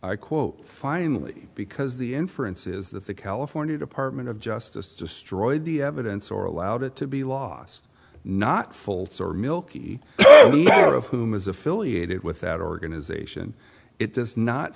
i quote finally because the inference is that the california department of justice destroyed the evidence or allowed it to be lost not fultz or milky way of whom is affiliated with that organization it does not